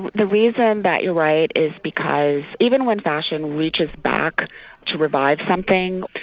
the reason that you're right is because even when fashion reaches back to revive something,